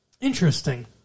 Interesting